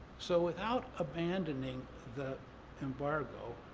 so without abandoning the embargo,